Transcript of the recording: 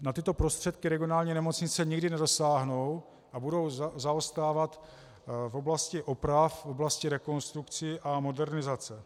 Na tyto prostředky regionální nemocnice nikdy nedosáhnou a budou zaostávat v oblasti oprav, v oblasti rekonstrukcí a modernizace.